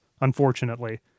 unfortunately